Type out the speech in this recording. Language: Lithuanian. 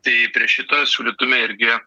tai šitą siūlytume irgi